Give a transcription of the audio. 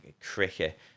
cricket